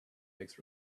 makes